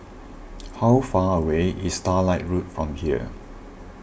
how far away is Starlight Road from here